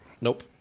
Nope